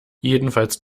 jedenfalls